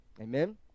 amen